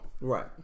Right